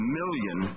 million